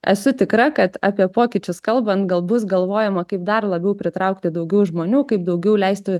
esu tikra kad apie pokyčius kalban gal bus galvojama kaip dar labiau pritraukti daugiau žmonių kaip daugiau leisti